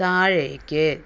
താഴേക്ക്